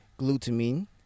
glutamine